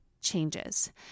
changes